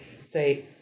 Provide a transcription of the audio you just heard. say